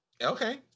Okay